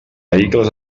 vehicles